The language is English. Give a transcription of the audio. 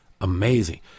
amazing